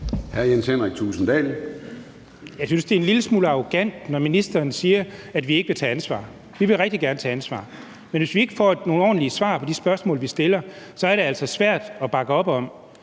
Jeg synes, det er en lille smule arrogant, når ministeren siger, at vi ikke vil tage ansvar. Vi vil rigtig gerne tage ansvar. Men hvis vi ikke får nogle ordentlige svar på de spørgsmål, vi stiller, så er det altså svært at bakke op om.